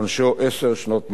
עונשו עשר שנות מאסר.